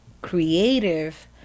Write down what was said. creative